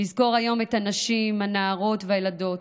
נזכור היום את הנשים, הנערות והילדות